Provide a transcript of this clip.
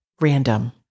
random